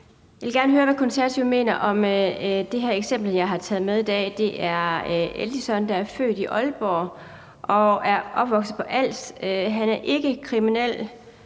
Jeg vil gerne høre, hvad Konservative mener om det her eksempel, jeg har taget med i dag. Det er Eldison , der er født i Aalborg og er opvokset på Als. Han er ikke kriminel